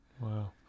Wow